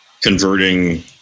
converting